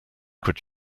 could